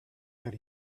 that